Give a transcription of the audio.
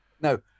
No